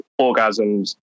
orgasms